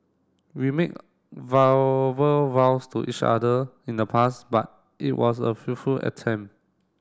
we made vows to each other in the past but it was a attempt